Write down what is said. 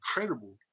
incredible